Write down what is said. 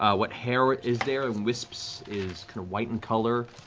ah what hair is there, in wisps, is kind of white in color.